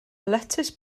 letys